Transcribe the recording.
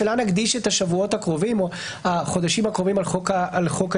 שלה נקדיש את השבועות הקרובים או החודשים הקרובים על חוק-היסוד.